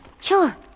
Sure